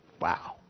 wow